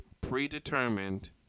predetermined